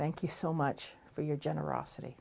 thank you so much for your generosity